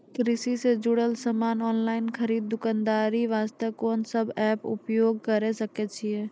कृषि से जुड़ल समान ऑनलाइन खरीद दुकानदारी वास्ते कोंन सब एप्प उपयोग करें सकय छियै?